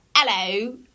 hello